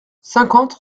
cinquante